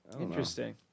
Interesting